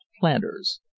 planters